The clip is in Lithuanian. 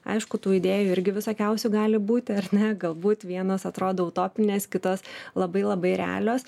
aišku tų idėjų irgi visokiausių gali būti ar ne galbūt vienos atrodo utopinės kitos labai labai realios